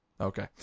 Okay